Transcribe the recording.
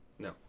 No